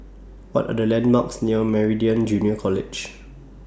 What Are The landmarks near Meridian Junior College